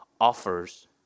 offers